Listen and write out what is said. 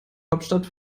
hauptstadt